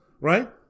right